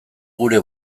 gure